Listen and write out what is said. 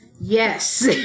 Yes